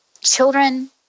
children